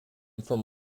from